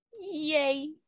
yay